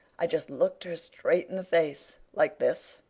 i just looked her straight in the face. like this.